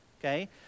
okay